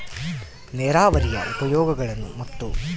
ನೇರಾವರಿಯ ಉಪಯೋಗಗಳನ್ನು ಮತ್ತು?